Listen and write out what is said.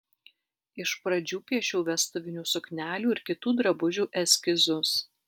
iš pradžių piešiau vestuvinių suknelių ir kitų drabužių eskizus